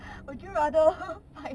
would you rather fight